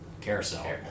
Carousel